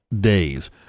days